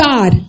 God